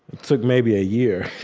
took maybe a year